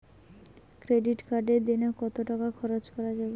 Credit কার্ডে দিনে কত টাকা খরচ করা যাবে?